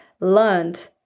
learned